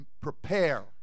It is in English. prepare